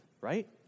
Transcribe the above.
right